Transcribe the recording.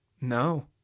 No